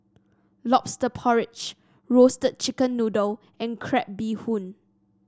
lobster porridge Roasted Chicken Noodle and Crab Bee Hoon